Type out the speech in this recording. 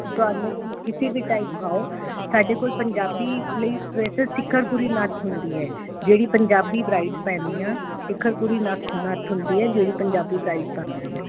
ਅਤੇ ਤੁਹਾਨੂੰ ਕਿਸੇ ਵੀ ਟਾਈਮ ਆਓ ਸਾਡੇ ਕੋਲ ਪੰਜਾਬੀ ਲਈ ਸਪੈਸ਼ਲ ਸਿਖਰਪੁਰੀ ਨੱਥ ਹੁੰਦੀ ਹੈ ਜਿਹੜੀ ਪੰਜਾਬੀ ਬਰਾਈਟ ਪਹਿਨਦੀਆਂ ਸ਼ਿਖਰਪੁਰੀ ਨਕ ਨੱਥ ਹੁੰਦੀ ਹੈ ਜਿਹੜੀ ਪੰਜਾਬੀ ਬਰਾਈਡ ਪਾਂਦੀਆਂ